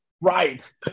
right